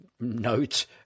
note